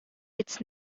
its